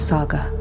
Saga